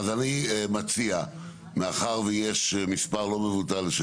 אז אני מציע, מאחר שיש מספר לא מבוטל של